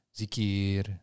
zikir